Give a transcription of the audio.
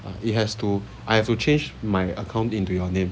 it has to I have to change my account into your name